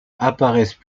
apparaissent